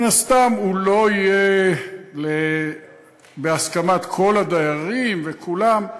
מן הסתם, הוא לא יהיה בהסכמת כל הדיירים וכולם,